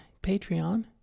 Patreon